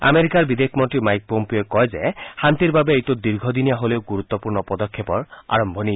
আমেৰিকাৰ বিদেশ মন্ত্ৰী মাইক পম্পিঅ'ই কয় যে শান্তিৰ বাবে এইটো দীৰ্ঘদিনীয়া হলেও গুৰুত্বপূৰ্ণ পদক্ষেপৰ আৰম্ভণি